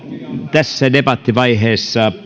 tässä debattivaiheessa